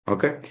Okay